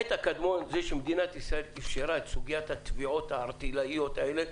החטא הקדמון הוא שמדינת ישראל אפשרה את סוגיית התביעות הערטילאיות האלה,